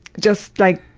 just like,